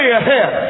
ahead